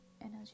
energy